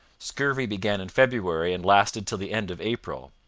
scurvy began in february and lasted till the end of april.